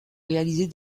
réaliser